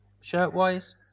shirt-wise